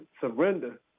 surrender